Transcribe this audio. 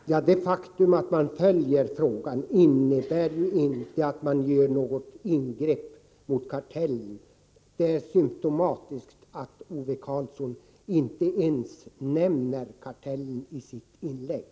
Herr talman! Det faktum att man ”följer frågan” innebär inte att man gör något ingrepp mot kartellen. Det är symtomatiskt att Ove Karlsson inte ens nämner kartellen i sitt inlägg.